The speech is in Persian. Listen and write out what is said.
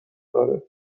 داره